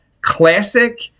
classic